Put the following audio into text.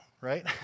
right